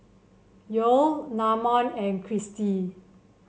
Yoel Namon and Christy